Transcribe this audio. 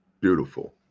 Beautiful